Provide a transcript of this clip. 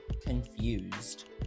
Confused